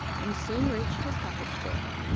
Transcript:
and soon reached his cottage door.